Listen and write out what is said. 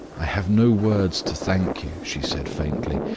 i have no words to thank you, she said, faintly,